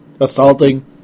assaulting